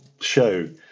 show